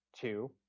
Two